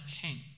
pain